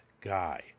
guy